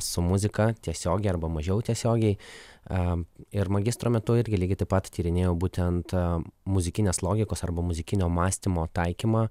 su muzika tiesiogiai arba mažiau tiesiogiai a ir magistro metu irgi lygiai taip pat tyrinėjau būtent a muzikinės logikos arba muzikinio mąstymo taikymą